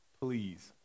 please